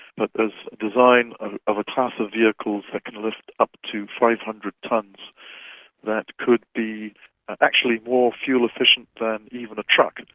but there's design of of a class of vehicles that can lift up to five hundred tons that could be actually more fuel efficient than even a truck.